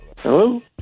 Hello